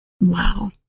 Wow